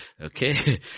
okay